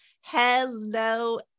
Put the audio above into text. Hello